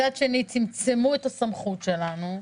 מצד שני, צמצמו את הסמכות שלנו.